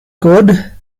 good